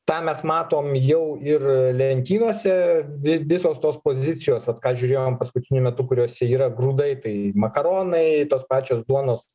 tą mes matom jau ir lentynose vi visos tos pozicijos vat ką žiūrėjom paskutiniu metu kuriose yra grūdai tai makaronai tos pačios duonos